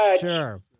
Sure